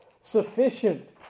sufficient